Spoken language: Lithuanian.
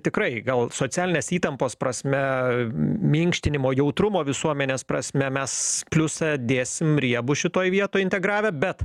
tikrai gal socialinės įtampos prasme minkštinimo jautrumo visuomenės prasme mes pliusą dėsim riebų šitoj vietoj integravę bet